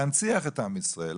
בלהנציח את עם ישראל,